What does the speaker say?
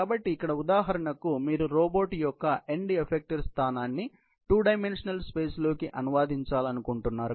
కాబట్టి ఇక్కడ ఉదాహరణకు మీరు రోబోట్ యొక్క ఎండ్ ఎఫెక్టర్ స్థానాన్ని 2 డైమెన్షనల్ స్పేస్ లోకి అనువదించాలనుకుంటున్నారు